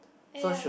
ya